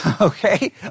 Okay